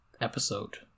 episode